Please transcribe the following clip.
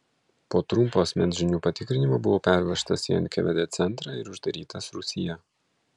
po trumpo asmens žinių patikrinimo buvau pervežtas į nkvd centrą ir uždarytas rūsyje